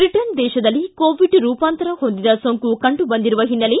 Britain ದೇತದಲ್ಲಿ Covid ರೂಪಾಂತರ ಹೊಂದಿದ ಸೋಂಕು ಕಂಡು ಬಂದಿರುವ ಹಿನ್ನೆಲೆ